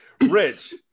rich